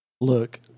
Look